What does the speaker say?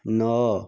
ନଅ